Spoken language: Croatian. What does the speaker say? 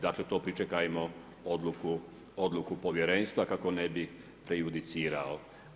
Dakle, to pričekajmo odluku Povjerenstva kako ne bih prejudicirao.